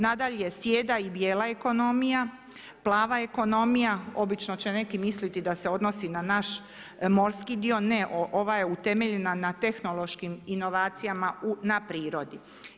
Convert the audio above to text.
Nadalje, sjeda i bijela ekonomija, plava ekonomija, obično će neki misliti da se odnosi na naš morski dio, ne, ova je utemeljena na tehnološkim inovacijama na prirodi.